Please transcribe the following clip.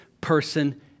Person